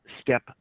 step